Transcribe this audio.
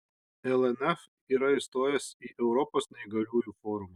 lnf yra įstojęs į europos neįgaliųjų forumą